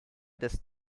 des